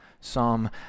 psalm